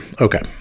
Okay